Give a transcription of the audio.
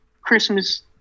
Christmas